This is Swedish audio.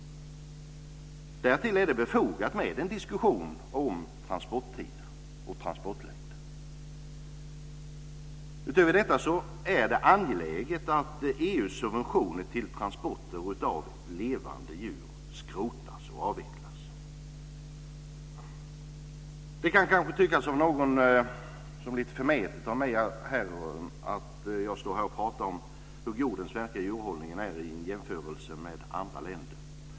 Därtill är det befogat med en diskussion om transporttider och transportlängder. Utöver detta är det angeläget att EU:s subventioner till transporter av levande djur skrotas och avvecklas. Det kan kanske av någon kan tyckas som litet förmätet av mig att stå här och tala om hur god den svenska djurhållningen är i jämförelse med djurhållningen i andra länder.